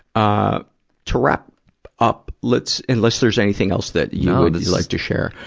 ah to wrap up, let's unless there's anything else that you would like to share.